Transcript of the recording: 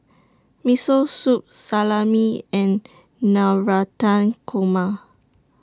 Miso Soup Salami and Navratan Korma